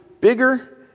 bigger